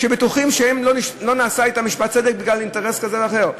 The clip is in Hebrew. שבטוחים שלא נעשה אתם משפט צדק בגלל אינטרס כזה או אחר.